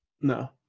No